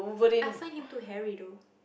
I find him too hairy though